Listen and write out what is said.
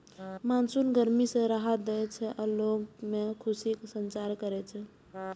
monsoon गर्मी सं राहत दै छै आ लोग मे खुशीक संचार करै छै